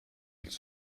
ils